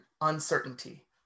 uncertainty